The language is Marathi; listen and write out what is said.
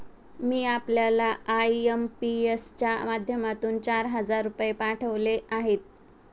मी आपल्याला आय.एम.पी.एस च्या माध्यमातून चार हजार रुपये पाठवले आहेत